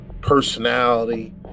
personality